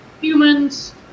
humans